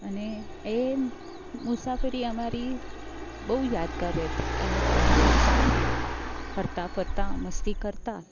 અને એમ મુસાફરી અમારી બહું યાદગાર રહેતી અમે ત્રણેય જણ સાથે હરતાં ફરતાં મસ્તી કરતાં